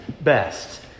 best